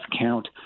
count